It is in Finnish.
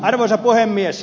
arvoisa puhemies